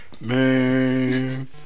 man